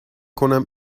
کنم